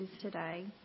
today